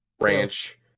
Ranch